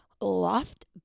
loft